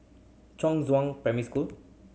Primary School